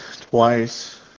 twice